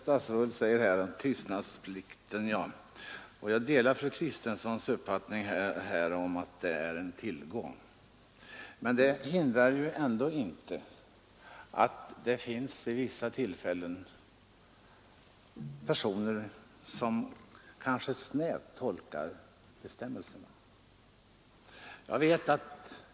Herr talman! Jag delar fru Kristenssons uppfattning att tystnadsplikten är en tillgång, men det hindrar inte att det finns personer som ibland tolkar bestämmelserna väl snävt.